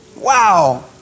Wow